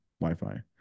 Wi-Fi